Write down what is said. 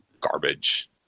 garbage